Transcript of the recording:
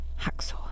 hacksaw